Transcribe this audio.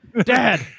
dad